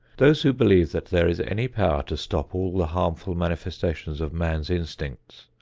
those who believe that there is any power to stop all the harmful manifestations of man's instincts,